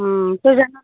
তই জানা নেকি